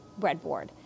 breadboard